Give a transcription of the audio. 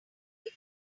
hear